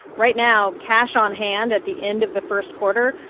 right now cash on hand at the end of the first quarter,